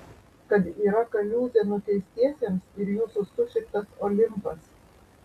kad yra kaliūzė nuteistiesiems ir jūsų sušiktas olimpas